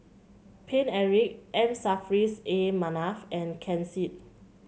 Paine Eric M Saffris A Manaf and Ken Seet